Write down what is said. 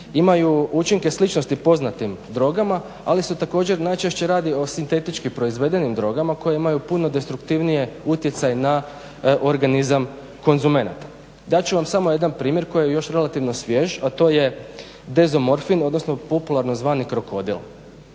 imaju učinke sličnosti poznatim drogama ali se također najčešće radi o sintetički proizvedenim drogama koje imaju puno destruktivniji utjecaj na organizam konzumenata. Dat ću vam samo jedan primjer koji je još relativno svjež, a to je dezomorfin odnosno popularno zvani "krokodil".